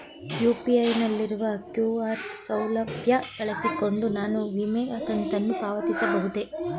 UPI ನಲ್ಲಿರುವ QR ಸೌಲಭ್ಯ ಬಳಸಿಕೊಂಡು ನಾನು ವಿಮೆ ಕಂತನ್ನು ಪಾವತಿಸಬಹುದೇ?